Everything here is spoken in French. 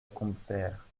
combeferre